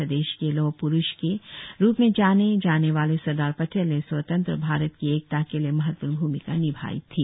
भारत के लौहप्रुष के रूप में जाने जाने वाले सरदार पटेल ने स्वतंत्र भारत की एकता के लिए महत्वपूर्ण भूमिका निभाई थी